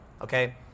Okay